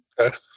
Okay